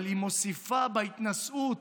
אבל היא מוסיפה בהתנשאות